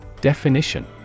Definition